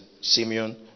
Simeon